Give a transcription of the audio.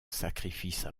sacrifice